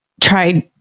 tried